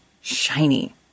shiny